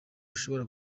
ushobora